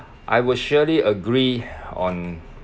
I will surely agree on